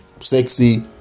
sexy